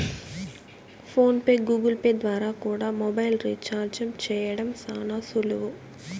phone pay, Google Pay ద్వారా కూడా mobile recharge చేయడం శానా సులువు